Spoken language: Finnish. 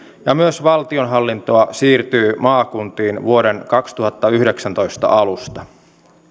ja myös valtionhallintoa siirtyy maakuntiin vuoden kaksituhattayhdeksäntoista alusta